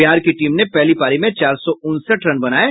बिहार की टीम ने पहली पारी में चार सौ उनसठ रन बनाये